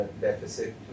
deficit